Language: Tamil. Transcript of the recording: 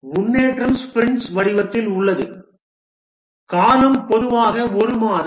முன்னேற்றம் ஸ்பிரிண்ட்ஸ் வடிவத்தில் உள்ளது காலம் பொதுவாக ஒரு மாதம்